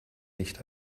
nicht